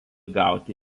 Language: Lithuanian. gauti